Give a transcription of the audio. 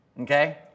Okay